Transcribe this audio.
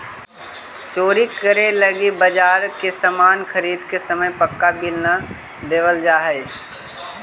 चोरी करे लगी बाजार से सामान ख़रीदे के समय पक्का बिल न लेवल जाऽ हई